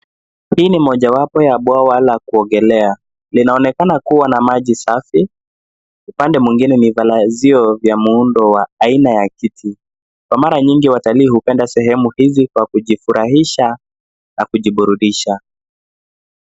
Hii ni mojawapo ya bwawa la kuogelea. Linaonekana kuwa na maji safi. Upande mwingine ni vilazio vya muundo wa aina ya kiti. Kwa mari nyingi watalii hupenda sehemu hizi kwa kujifurahisha na kujiburudisha.